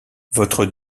votre